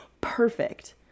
perfect